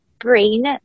brain